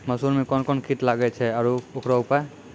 मसूर मे कोन कोन कीट लागेय छैय आरु उकरो उपाय?